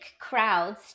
crowds